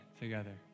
together